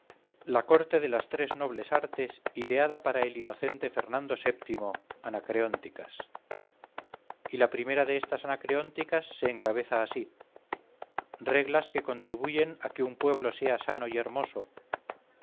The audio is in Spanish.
la corte de las tres nobles artes ideada para el inocente fernando vii anacreónticas y la primera de estas anacreónticas se encabeza así reglas que contribuyen a que un pueblo sea sano y hermoso